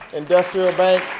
industrial bank.